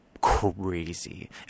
crazy